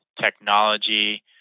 technology